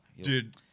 Dude